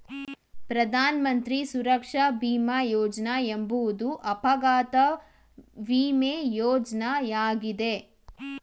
ಪ್ರಧಾನ ಮಂತ್ರಿ ಸುರಕ್ಷಾ ಭೀಮ ಯೋಜ್ನ ಎಂಬುವುದು ಅಪಘಾತ ವಿಮೆ ಯೋಜ್ನಯಾಗಿದೆ